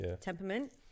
temperament